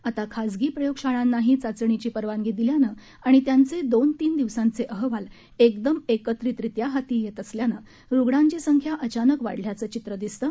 आता खाजगी प्रयोग शाळांनाही चाचणीची परवानगी दिल्यानं आणि त्यांचे दोन तीन दिवसांचे अहवाल एकदम एकत्रितरीत्या हाती येत असल्यानं रुग्णांची संख्या अचानक वाढल्याचं चित्र दिसतं